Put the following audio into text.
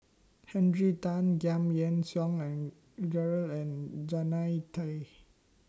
Henry Tan Giam Yean Song and Gerald and Jannie Tay